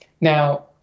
Now